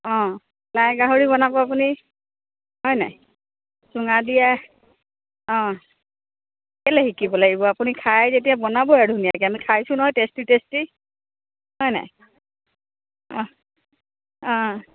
অঁ লাই গাহৰি বনাব আপুনি হয় নাই চুঙা দিয়া অঁ কলে শিকিব লাগিব আপুনি খাই যেতিয়া বনাব আৰু ধুনীয়াকে আমি খাইছোঁ নহয় টেষ্টি টেষ্টি হয় নাই অঁ অঁ